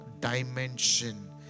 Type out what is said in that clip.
dimension